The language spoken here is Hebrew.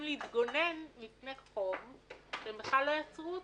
להתגונן מפני חוב שהם בכלל לא יצרו אותו.